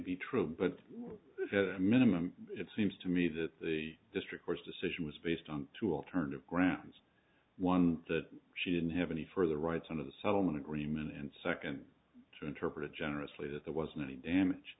be true but the minimum it seems to me that the district court's decision was based on two alternatives gran's one that she didn't have any further rights under the settlement agreement and second to interpret it generously that there wasn't any damage